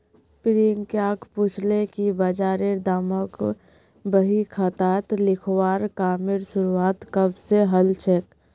प्रियांक पूछले कि बजारेर दामक बही खातात लिखवार कामेर शुरुआत कब स हलछेक